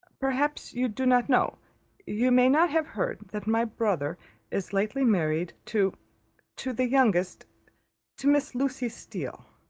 perhaps you do not know you may not have heard that my brother is lately married to to the youngest to miss lucy steele.